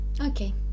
okay